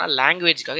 language